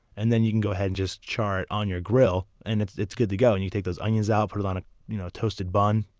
and then you can go ahead and just char it on your grill and it's it's good to go. and you take those onions out, put it on a you know toasted bun.